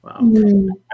Wow